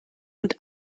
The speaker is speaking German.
und